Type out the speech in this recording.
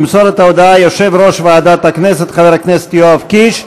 ימסור את ההודעה יושב-ראש ועדת הכנסת חבר הכנסת יואב קיש.